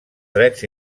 drets